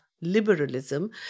liberalism